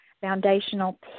foundational